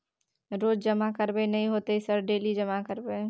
रोज जमा करबे नए होते सर डेली जमा करैबै?